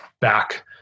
back